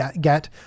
get